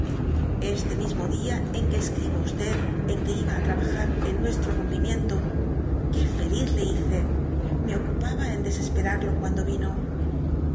este mismo dia en que escribo á y en que iba á trabajar en nuestro rompimiento que feliz le hice me ocupaba en desesperarlo cuando vino